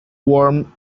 warm